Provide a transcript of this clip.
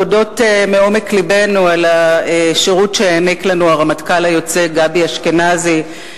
להודות מעומק לבנו על השירות שהעניק לנו הרמטכ"ל היוצא גבי אשכנזי,